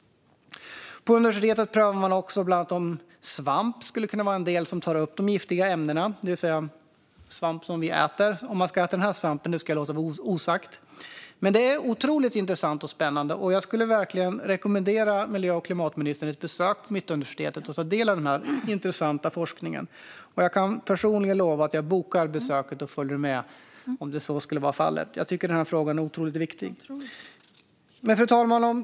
På universitetet prövar man också om bland annat svamp, det vill säga sådana vi äter, kan vara en del i att ta upp de giftiga ämnena. Om man kan äta just den här svampen ska jag låta vara osagt. Det här är otroligt intressant och spännande. Jag kan verkligen rekommendera miljö och klimatministern ett besök på Mittuniversitetet för att ta del av denna intressanta forskning. Jag kan lova att jag personligen bokar besöket och följer med, om så önskas. Jag tycker att frågan är otroligt viktig. Fru talman!